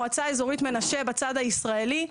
מועצה אזורית מנשה בצד הישראלי.